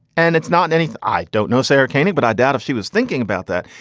and it's not anything. i don't know sara caney, but i doubt if she was thinking about that.